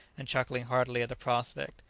and chuckling heartily at the prospect.